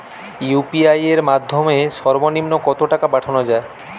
UPI এর মাধ্যমে সর্ব নিম্ন কত টাকা পাঠানো য়ায়?